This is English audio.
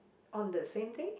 on the same day